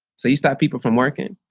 so you stop people from working.